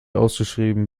ausgeschrieben